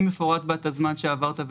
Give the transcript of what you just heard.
אם מפורט בה הזמן שעברת,